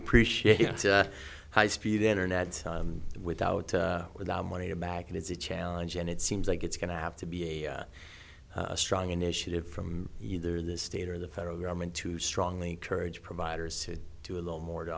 appreciate your high speed internet without without money to back in it's a challenge and it seems like it's going to have to be a strong initiative from either the state or the federal government to strongly courage providers to do a little more to